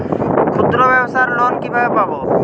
ক্ষুদ্রব্যাবসার লোন কিভাবে পাব?